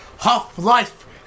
Half-Life